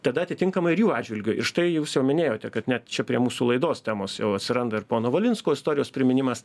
tada atitinkamai ir jų atžvilgiu ir štai jūs jau minėjote kad net čia prie mūsų laidos temos jau atsiranda ir pono valinsko istorijos priminimas